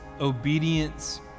obedience